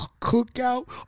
cookout